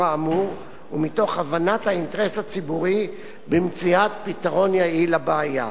האמור ומתוך הבנת האינטרס הציבורי במציאת פתרון יעיל לבעיה.